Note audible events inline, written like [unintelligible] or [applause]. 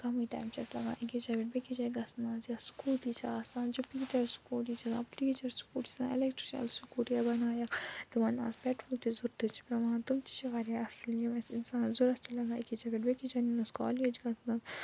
کمٕے تایِم چھُ اَسہِ لگان أکِس جاے پٮ۪ٹھ بیٚکِس جاے گژھنس یا سُکوٗٹی چھِ آسان جُپیٖٹر سُکوٗٹی چھِ ناو پِلیٖجر سِکوٗٹی [unintelligible] سِکوٗٹی بنایَکھ تِمن نہٕ آز پٮ۪ٹرول تہِ ضوٚرتھٕے چھِ پٮ۪وان تِم تہِ چھِ وارِیاہ اصٕل ییٚمِس اِنسانس ضوٚرتھ چھِ لگان أکِس جاے پٮ۪ٹھ بیٚکِس جاے نِنٛنس کالیج گژھنس